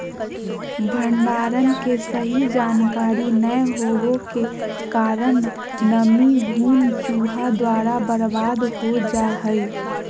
भंडारण के सही जानकारी नैय होबो के कारण नमी, घुन, चूहा द्वारा बर्बाद हो जा हइ